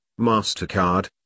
Mastercard